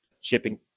shipping